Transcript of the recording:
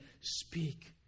speak